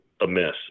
amiss